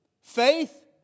Faith